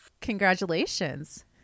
Congratulations